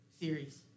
series